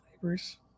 flavors